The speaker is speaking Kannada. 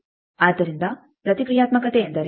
ಆದ್ದರಿಂದ ಪ್ರತಿಕ್ರಿಯಾತ್ಮಕತೆ ಎಂದರೆ